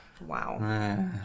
Wow